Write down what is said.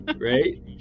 Right